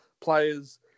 players